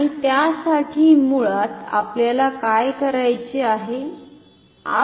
आणि त्यासाठी मुळात आपल्याला काय करायचे आहे